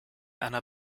einer